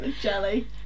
jelly